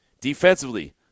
Defensively